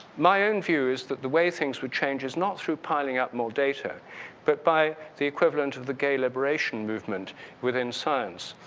my own view is that the way things would change is not through piling up more data but by the equivalent of the gay liberation movement within science.